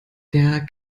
der